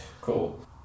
Cool